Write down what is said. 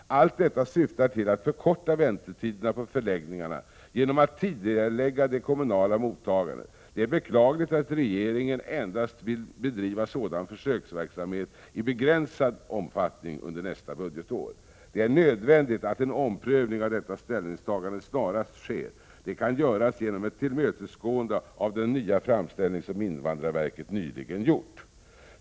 Allt detta syftar till att förkorta väntetiderna på förläggningarna genom att tidigarelägga det kommunala mottagandet. Det är beklagligt att regeringen endast vill bedriva sådan försöksverksamhet i begränsad omfattning under nästa budgetår. Det är nödvändigt att en omprövning av detta ställningstagande snarast sker. Det kan göras genom ett tillmötesgående av den nya framställning som invandrarverket nyligen har gjort.